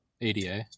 ADA